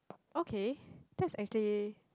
okay that's actually